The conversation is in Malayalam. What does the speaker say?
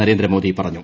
നരേന്ദ്രമോദ്ലി പറഞ്ഞു